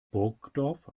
burgdorf